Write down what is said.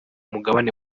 mugabane